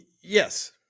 Yes